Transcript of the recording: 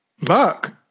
Luck